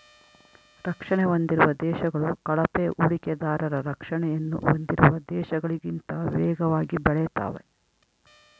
ರಕ್ಷಣೆ ಹೊಂದಿರುವ ದೇಶಗಳು ಕಳಪೆ ಹೂಡಿಕೆದಾರರ ರಕ್ಷಣೆಯನ್ನು ಹೊಂದಿರುವ ದೇಶಗಳಿಗಿಂತ ವೇಗವಾಗಿ ಬೆಳೆತಾವೆ